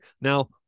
now